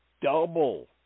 double